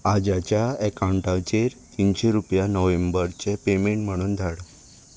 आजाच्या एकावंटाचेर तिनशे रुपया नोव्हेंबरचे पेमेंट म्हणून धाड